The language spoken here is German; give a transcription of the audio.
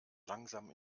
langsam